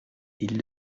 ils